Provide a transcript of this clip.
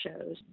shows